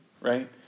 right